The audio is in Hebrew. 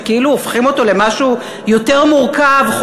שכאילו הופכים אותו למשהו יותר מורכב,